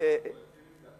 מי המציא את זה?